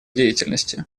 деятельности